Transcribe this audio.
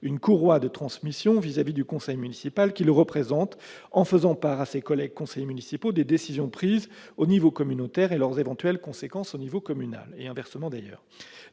une courroie de transmission au sein du conseil municipal qu'il représente, en faisant part à ses collègues conseillers municipaux des décisions prises à l'échelle communautaire et de leurs éventuelles conséquences à l'échelle communale. Il joue, d'ailleurs,